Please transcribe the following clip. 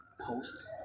post